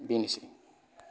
बेनोसै